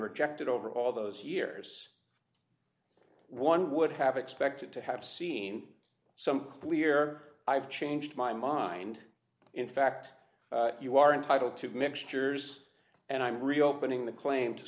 rejected over all those years one would have expected to have seen some clear i've changed my mind in fact you are entitled to mixtures and i'm reopening the claim to